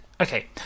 Okay